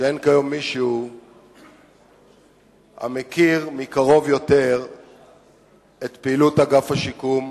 שאין כיום מישהו המכיר מקרוב יותר את פעילות אגף השיקום,